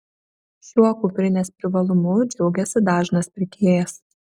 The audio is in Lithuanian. šiuo kuprinės privalumu džiaugiasi dažnas pirkėjas